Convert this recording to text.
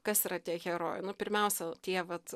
kas yra tie herojai nu pirmiausia tie vat